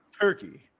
turkey